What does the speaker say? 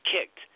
kicked